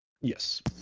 Yes